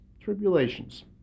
tribulations